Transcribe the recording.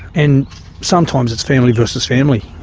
and sometimes it's family versus family,